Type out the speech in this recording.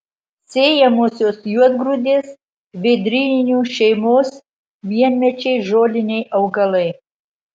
sėjamosios juodgrūdės vėdryninių šeimos vienmečiai žoliniai augalai